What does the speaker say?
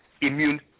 immune